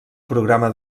programa